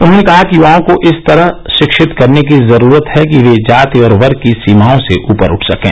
उन्होंने कहा कि युवाओं को इस तरह शिक्षित करने की जरूरत है कि वे जाति और वर्ग की सीमाओं से ऊपर उठ सकें